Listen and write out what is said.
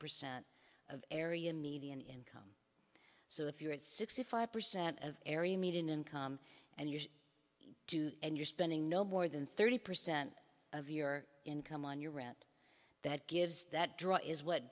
percent of area median income so if you're at sixty five percent of area median income and used to end your spending no more than thirty percent of your income on your rant that gives that draw is what